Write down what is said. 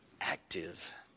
active